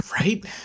Right